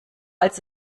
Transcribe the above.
als